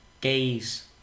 gaze